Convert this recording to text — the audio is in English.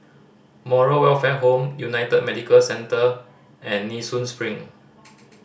Moral Welfare Home United Medicare Centre and Nee Soon Spring